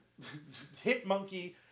Hitmonkey